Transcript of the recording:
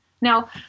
Now